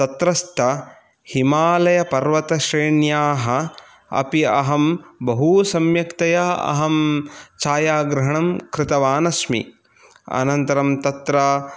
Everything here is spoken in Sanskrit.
तत्रस्थ हिमालयपर्वतश्रेण्याः अपि अहं बहू सम्यक्तया अहं छायाग्रहणं कृतवान् अस्मि अनन्तरं तत्र